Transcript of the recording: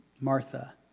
Martha